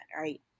right